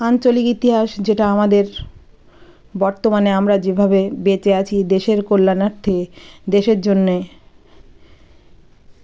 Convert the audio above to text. আঞ্চলিক ইতিহাস যেটা আমাদের বর্তমানে আমরা যেভাবে বেঁচে আছি দেশের কল্যাণার্থে দেশের জন্যে